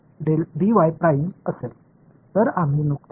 எனவே நாங்கள் செய்ததைச் சுருக்கமாக விரிவுபடுத்தினோம்